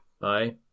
Bye